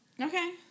Okay